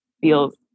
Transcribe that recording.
feels